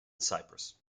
cyprus